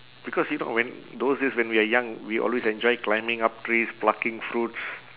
because you know when those days when we are young we always enjoy climbing up trees plucking fruits